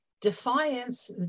defiance